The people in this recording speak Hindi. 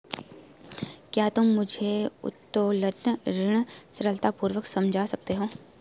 क्या तुम मुझे उत्तोलन ऋण सरलतापूर्वक समझा सकते हो?